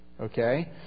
Okay